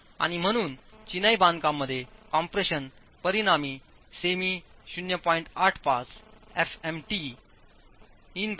आणि म्हणून चिनाई बांधकाम मध्ये कॉम्प्रेशन परिणामी सेमी0